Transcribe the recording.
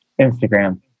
instagram